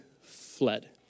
fled